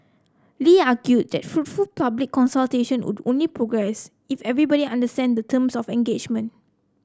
Lee argued that fruitful public consultations would only progress if everybody understands the terms of engagement